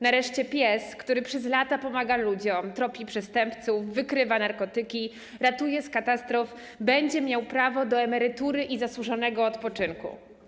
Nareszcie pies, który przez lata pomaga ludziom, tropi przestępców, wykrywa narkotyki, ratuje z katastrof będzie miał prawo do emerytury i zasłużonego odpoczynku.